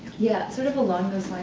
yeah, sort of along those